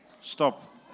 Stop